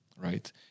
right